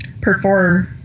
perform